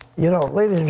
you. know ladies